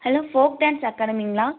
hello folk dance அகாடமிங்களா